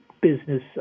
business